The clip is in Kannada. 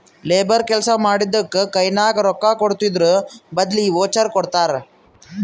ಲೇಬರ್ ಕೆಲ್ಸಾ ಮಾಡಿದ್ದುಕ್ ಕೈನಾಗ ರೊಕ್ಕಾಕೊಡದ್ರ್ ಬದ್ಲಿ ವೋಚರ್ ಕೊಡ್ತಾರ್